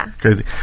crazy